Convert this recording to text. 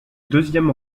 deuxième